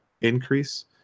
increase